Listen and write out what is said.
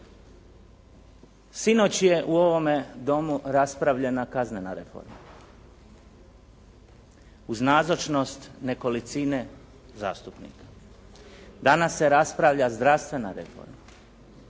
Sinoć je u ovome Domu raspravljena kaznena reforma uz nazočnost nekolicine zastupnika. Danas se raspravlja zdravstvena reforma.